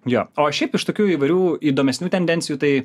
jo o šiaip iš tokių įvairių įdomesnių tendencijų tai